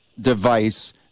device